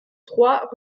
trois